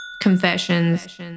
Confessions